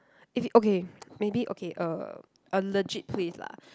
is okay maybe okay uh a legit place lah